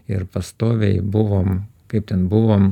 ir pastoviai buvom kaip ten buvom